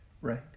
right